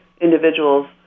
individuals